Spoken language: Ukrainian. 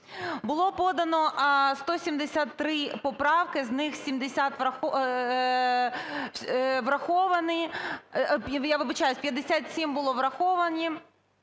Було подано 173 поправки. З них 70 – враховані.